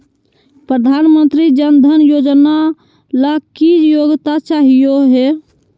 प्रधानमंत्री जन धन योजना ला की योग्यता चाहियो हे?